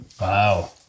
Wow